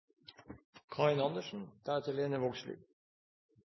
Karin Andersen